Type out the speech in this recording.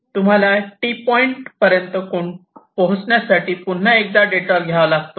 तुम्हाला T point पर्यंत पोहोचण्यासाठी पुन्हा एकदा डिटॉर घ्यावा लागतो